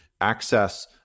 access